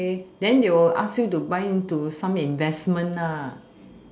okay then they will ask you to bind into some investment lah